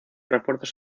refuerzos